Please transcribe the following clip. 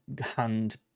hand